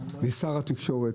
ושר התקשורת,